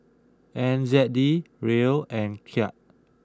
N Z D Riel and Kyat